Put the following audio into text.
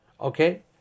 okay